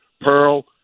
Pearl